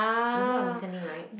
you know I'm listening right